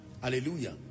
Hallelujah